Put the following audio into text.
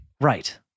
Right